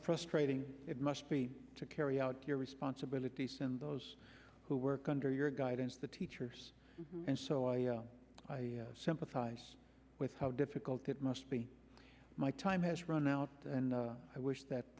frustrating it must be to carry out your responsibilities sambo's who work under your guidance the teachers and so i sympathize with how difficult it must be my time has run out and i wish that